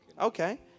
Okay